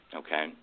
okay